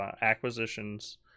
acquisitions